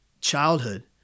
childhood